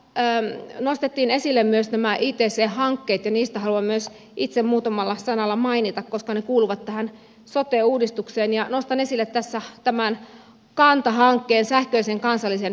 täällä nostettiin esille myös ict hankkeet ja niistä haluan myös itse muutamalla sanalla mainita koska ne kuuluvat tähän sote uudistukseen ja nostan esille tässä tämän kanta hankkeen sähköisen kansallisen terveysarkiston